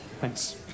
thanks